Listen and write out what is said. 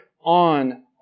on